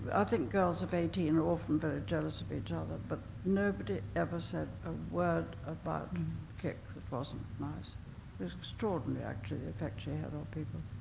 i think girls of eighteen are often very jealous of each other, but nobody ever said a word about kick that wasn't nice. it was extraordinary, actually, the effect she had on people.